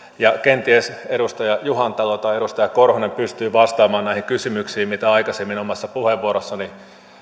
kenties edustaja juhantalo tai edustaja korhonen pystyy vastaamaan näihin kysymyksiin mitkä aikaisemmin omassa puheenvuorossani